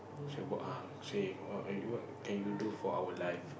say what what what can you do about for our life